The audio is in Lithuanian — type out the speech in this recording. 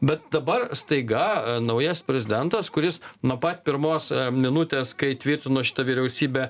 bet dabar staiga naujas prezidentas kuris nuo pat pirmos minutės kai tvirtino šita vyriausybė